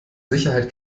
sicherheit